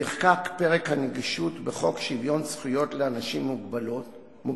נחקק פרק הנגישות בחוק שוויון זכויות לאנשים עם מוגבלות,